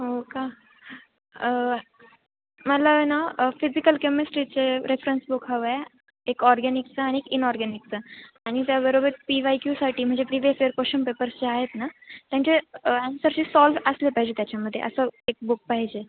हो का मला ना फिजिकल केमिस्ट्रीचे रेफ्रन्स बुक हवं आहे एक ऑर्गेनिकचा आणि इनऑर्गेनिकचा आणि त्याबरोबर पी वाय क्यूसाठी म्हणजे प्रिवियस इयर क्वेश्नन पेपर्स जे आहेत ना त्यांचे आन्सरशीट सॉल्व असले पाहिजेत त्याच्यामध्ये असं एक बुक पाहिजे